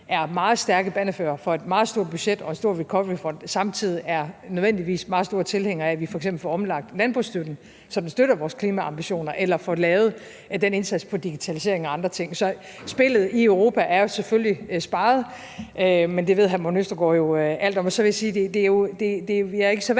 er meget stærke bannerførere for et meget stort budget og en stor recoveryfond, samtidig nødvendigvis er meget store tilhængere af, at vi f.eks. får omlagt landbrugsstøtten, så den støtter vores klimaambitioner, eller får lavet den indsats på digitaliseringen og andre ting. Så spillet i Europa er selvfølgelig speget, men det ved hr. Morten Østergaard jo alt om. Så vil jeg sige, at jeg ikke er så vant